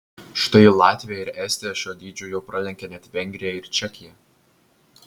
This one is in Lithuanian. štai latvija ir estija šiuo dydžiu jau pralenkė net vengriją ir čekiją